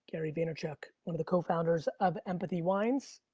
gary vaynerchuk, one of the co-founders of empathy wines,